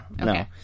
no